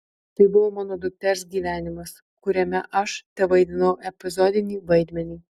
tai buvo mano dukters gyvenimas kuriame aš tevaidinau epizodinį vaidmenį